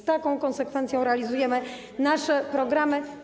Z taką konsekwencją realizujemy nasze programy.